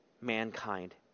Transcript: mankind